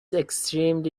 extremely